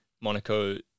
Monaco